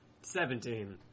Seventeen